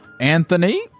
anthony